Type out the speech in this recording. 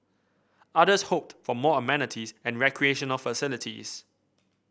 others hoped for more amenities and recreational facilities